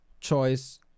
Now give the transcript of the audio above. choice